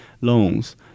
loans